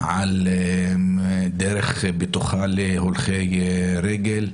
על דרך בטוחה להולכי רגל,